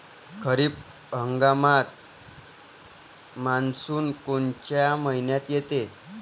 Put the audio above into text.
खरीप हंगामात मान्सून कोनच्या मइन्यात येते?